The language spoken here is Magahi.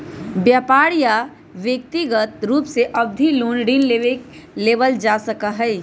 व्यापार या व्यक्रिगत रूप से अवधि लोन ऋण के लेबल जा सका हई